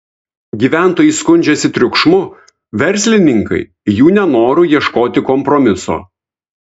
gyventojai skundžiasi triukšmu verslininkai jų nenoru ieškoti kompromiso